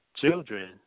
children